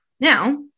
Now